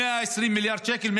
היה 120 מיליון שקל,